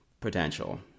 potential